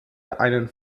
einen